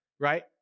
Right